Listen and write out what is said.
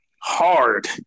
hard